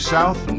South